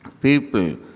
People